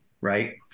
right